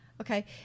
Okay